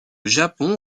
japon